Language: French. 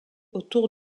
autour